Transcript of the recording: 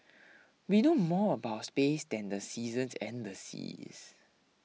we know more about space than the seasons and the seas